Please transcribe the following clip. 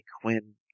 Quinn